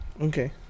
Okay